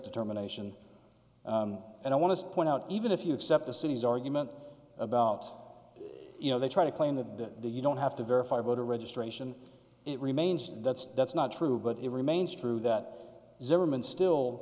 determination and i want to point out even if you accept the city's argument about you know they try to claim that you don't have to verify voter registration it remains that's that's not true but it remains true that